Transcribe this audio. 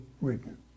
written